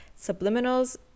Subliminals